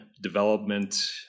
development